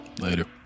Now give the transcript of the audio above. Later